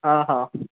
हा हा